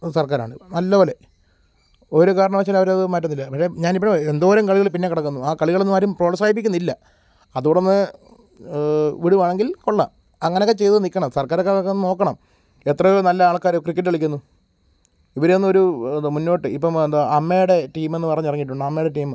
സര്ക്കാരാണ് നല്ലതുപോലെ ഒരു കാരണവശാലും അവർ അത് മാറ്റത്തില്ല പക്ഷെ ഞാനിപ്പോൾ എന്തോരം കളികൾ പിന്നേയും കിടക്കുന്നു ആ കളികളൊന്നും ആരും പ്രോത്സാഹിപ്പിക്കുന്നില്ല അതുകൂടെയൊന്ന് വിടുകയാണെങ്കില് കൊള്ളാം അങ്ങനെയൊക്കെ ചെയ്ത് നിൽക്കണം സര്ക്കാരൊക്കെ അതൊക്കെ നോക്കണം എത്രയോ നല്ല ആള്ക്കാർ ക്രിക്കറ്റ് കളിക്കുന്നു ഇവരെയൊന്നൊരു മുന്നോട്ട് ഇപ്പം എന്താ അമ്മയുടെ ടീമെന്ന് പറഞ്ഞ് ഇറങ്ങിയിട്ടുണ്ട് അമ്മയുടെ ടീമ്